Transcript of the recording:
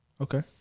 Okay